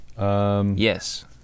yes